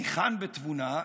ניחן בתבונה,